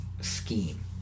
scheme